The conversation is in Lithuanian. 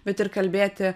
bet ir kalbėti